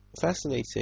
fascinating